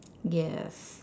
yes